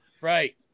right